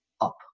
up